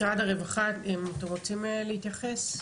משרד הרווחה אתם רוצים להתייחס?